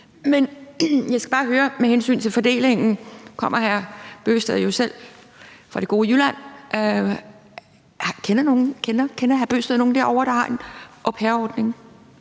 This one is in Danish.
Men jeg skal bare høre med hensyn til fordelingen, for nu kommer hr. Kristian Bøgsted jo selv fra det gode Jylland: Kender hr. Kristian Bøgsted nogen derovre, der gør brug